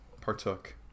partook